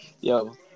Yo